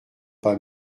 pas